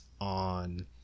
on